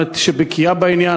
שבאמת בקיאה בעניין,